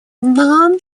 нам